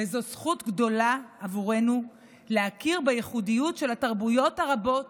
וזאת זכות גדולה עבורנו להכיר בייחודיות של התרבויות הרבות